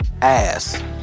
ass